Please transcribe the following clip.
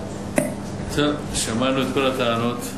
שמענו את כל הטענות,